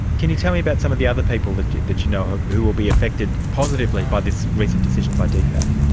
can you tell me about some of the other people that that you know who will be affected positively by this recent decision by dfat?